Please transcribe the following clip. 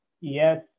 yes